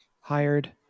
hired